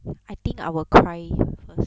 I think I will cry first